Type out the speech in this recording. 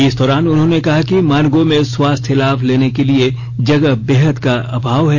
इस दौरान उन्होंने कहा कि मानगो में स्वास्थ्य लाभ लेने के लिए जगह का बेहद अभाव है